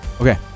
okay